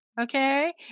okay